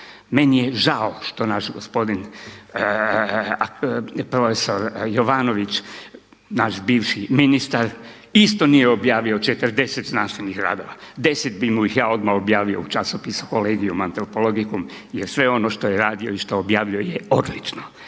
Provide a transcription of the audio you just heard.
Meni je žao što naš gospodin profesor Jovanović, naš bivši ministar isto nije objavio 40 znanstvenih radova, 10 bi mu ih ja odmah objavio u časopisu Collegium Antropologicum jer sve ono što je radio i što objavljuje je odlično.